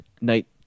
night